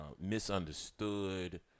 misunderstood